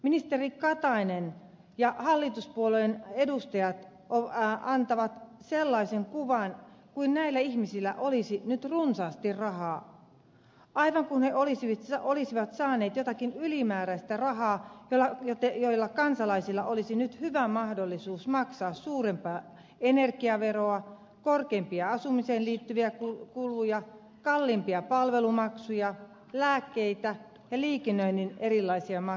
ministeri katainen ja hallituspuolueiden edustajat antavat sellaisen kuvan kuin näillä ihmisillä olisi nyt runsaasti rahaa aivan kuin he olisivat saaneet jotakin ylimääräistä rahaa jolla kansalaisilla olisi nyt hyvä mahdollisuus maksaa suurempaa energiaveroa korkeampia asumiseen liittyviä kuluja kalliimpia palvelumaksuja lääkkeitä ja liikennöinnin erilaisia maksuja